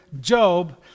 Job